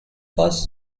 was